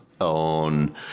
on